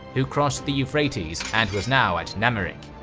who crossed the euphrates and was now at namariq.